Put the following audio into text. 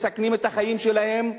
שמסכנים את החיים שלהם.